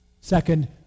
Second